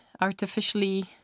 artificially